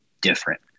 different